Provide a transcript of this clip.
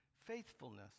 faithfulness